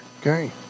Okay